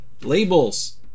labels